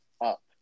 up